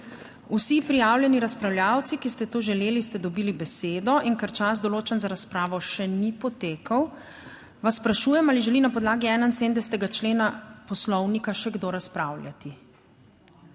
Vsi prijavljeni razpravljavci, ki ste to želeli, ste dobili besedo, in ker čas določen za razpravo še ni potekel, vas sprašujem, ali želi na podlagi 71. člena Poslovnika še kdo razpravljati?